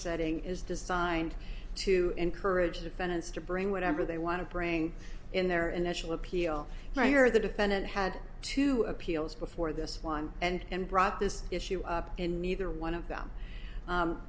setting is designed to encourage defendants to bring whatever they want to bring in their initial appeal i hear the defendant had two appeals before this one and brought this issue up and neither one of them